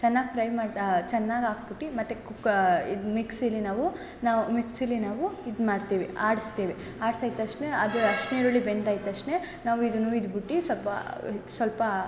ಚೆನ್ನಾಗಿ ಫ್ರೈ ಮಾಡಿ ಚೆನ್ನಾಗಿ ಹಾಕ್ಬುಟ್ಟಿ ಮತ್ತೆ ಕುಕ್ಕ ಇದು ಮಿಕ್ಸಿಲ್ಲಿ ನಾವು ನಾವು ಮಿಕ್ಸಿಲ್ಲಿ ನಾವು ಇದು ಮಾಡ್ತೀವಿ ಆಡಿಸ್ತೀವಿ ಆಡ್ಸಾದ ತಕ್ಷ್ಣ ಅದು ಅರಿಶ್ಣ ಈರುಳ್ಳಿ ಬೆಂದಾದ ತಕ್ಷ್ಣ ನಾವು ಇದನ್ನ ಹುಯ್ದ್ಬುಟ್ಟಿ ಸ್ವಲ್ಪ ಸ್ವಲ್ಪ